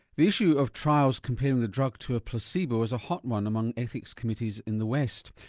the issue of trials comparing the drug to a placebo is a hot one among ethics committees in the west.